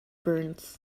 burns